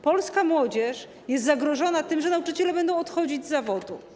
Polska młodzież jest zagrożona tym, że nauczyciele będą odchodzić z zawodu.